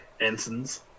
Ensigns